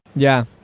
yeah.